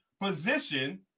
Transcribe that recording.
position